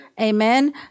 Amen